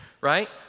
right